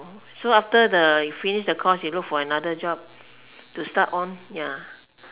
so after the you finish the course you look for another job to start on ya